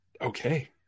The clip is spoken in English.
Okay